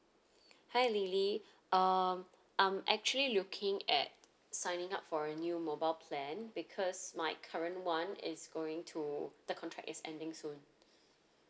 hi lily um I'm actually looking at signing up for a new mobile plan because my current one is going to the contract is ending soon